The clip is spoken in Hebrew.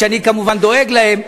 שאני כמובן דואג להם,